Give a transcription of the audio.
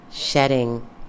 Shedding